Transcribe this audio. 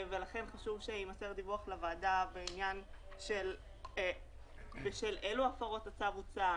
ולכן חשוב שיימסר דיווח לוועדה בעניין של בשל אילו הפרות הצו הוצא,